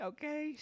Okay